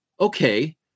Okay